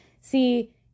see